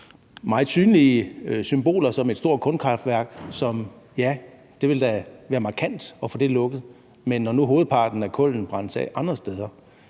meget synlige symboler som et stort kulkraftværk, som det ville være markant at få lukket. Men når nu hovedparten af kullene brændes af andre steder,